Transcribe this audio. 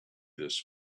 this